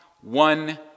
one